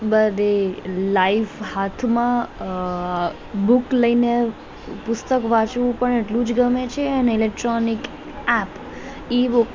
બધી લાઈફ હાથમાં બુક લઈને પુસ્તક વાંચવું પણ એટલું જ ગમે છે અને ઈલેક્ટ્રોનિક એપ ઈ બુક